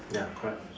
ya correct